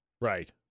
Right